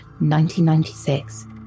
1996